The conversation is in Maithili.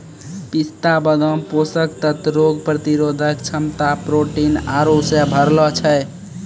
पिस्ता बादाम पोषक तत्व रोग प्रतिरोधक क्षमता प्रोटीन आरु से भरलो छै